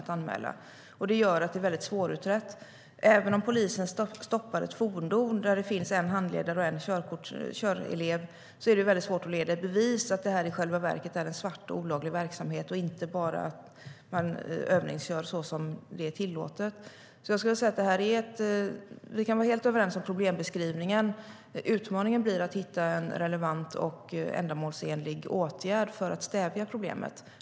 Det gör det väldigt svårutrett. Vi är helt överens om problembeskrivningen. Utmaningen blir att hitta en relevant och ändamålsenlig åtgärd för att stävja problemet.